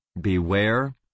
beware